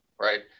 right